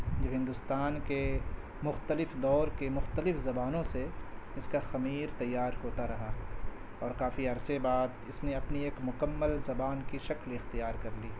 جو ہندوستان کے مختلف دور کے مختلف زبانوں سے اس کا خمیر تیار ہوتا رہا ہے اور کافی عرصے بعد اس نے اپنی ایک مکمل زبان کی شکل اختیار کر لی